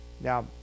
Now